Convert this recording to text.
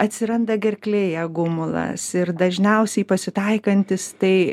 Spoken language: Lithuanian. atsiranda gerklėje gumulas ir dažniausiai pasitaikantis tai